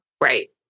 Right